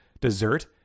Dessert